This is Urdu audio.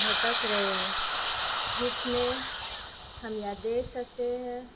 بھٹک رہے ہیں جس میں ہم یہ دیکھ سکتے ہیں